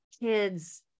kids